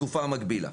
בתקופה המקבילה.